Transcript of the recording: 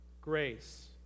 grace